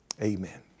Amen